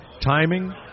timing